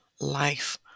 Life